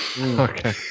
Okay